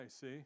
see